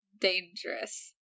dangerous